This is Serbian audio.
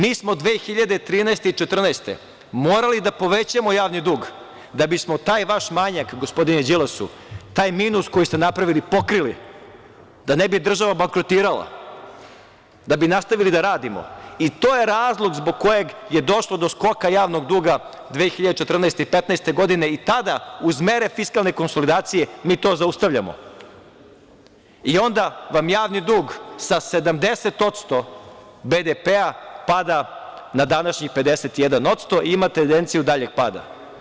Mi smo 2013. i 2014. godine morali da povećamo javni dug da bismo taj vaš manjak, gospodine Đilas, taj minus koji ste napravili pokrili, da ne bi država bankrotirala, da bismo nastavili da radimo i to je razlog zbog kojeg je došlo do skoka javnog duga 2014. i 2015. godine i tada uz mere fiskalne konsolidacije mi to zaustavljamo i onda vam javni dug sa 70% BDP pada na današnjih 51% i ima tendenciju daljeg pada.